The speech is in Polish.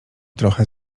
trochę